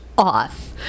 off